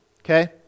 Okay